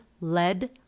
lead